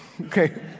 Okay